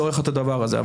צורך את הדבר הזה.